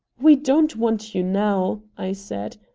we don't want you now! i said.